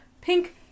Pink